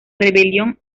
rebelión